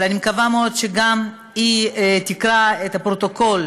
אבל אני מקווה מאוד שגם היא תקרא את הפרוטוקול